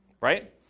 right